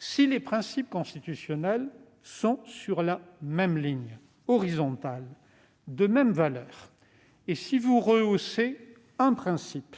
Si les principes constitutionnels sont sur la même ligne horizontale et sont de même valeur, si vous rehaussez un principe,